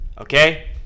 Okay